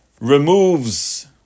removes